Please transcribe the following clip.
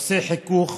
עושה חיכוך,